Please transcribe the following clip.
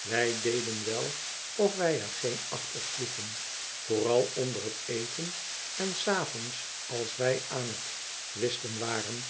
wij deden wel of wij er geen acht op sloegen vooral onder het eten en s avonds ais wij aan het whisten waren